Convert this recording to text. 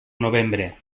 novembre